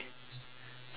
four